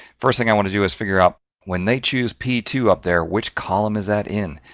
first thing i want to do is figure out when they choose p two up there, which column is that in.